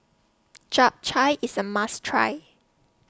Chap Chai IS A must Try